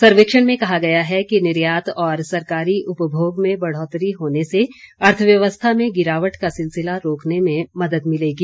सर्वेक्षण में कहा गया है कि निर्यात और सरकारी उपमोग में बढ़ोतरी होने से अर्थव्यवस्था में गिरावट का सिलसिला रोकने में मदद मिलेगी